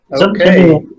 Okay